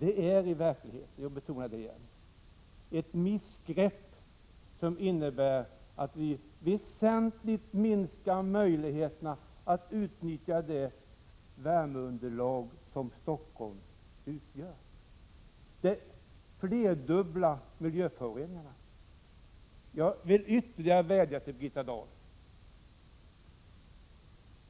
Det är i verkligheten fråga om ett missgrepp, som medför att vi väsentligt minskar möjligheterna att utnyttja det värmeunderlag som Stockholm innebär. Det flerdubblar miljöföroreningarna. Jag vill ännu en gång vädja till Birgitta Dahl: